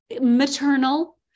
maternal